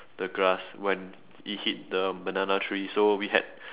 the grass when it hit the banana tree so we had